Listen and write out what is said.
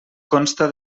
consta